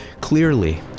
Clearly